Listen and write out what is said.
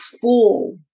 full